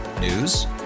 News